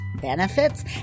Benefits